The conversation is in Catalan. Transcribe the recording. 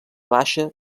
baixa